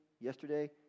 yesterday